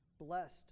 Blessed